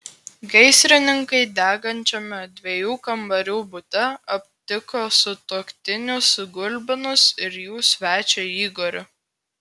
gaisrininkai degančiame dviejų kambarių bute aptiko sutuoktinius gulbinus ir jų svečią igorį